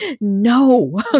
no